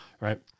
Right